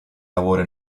lavoro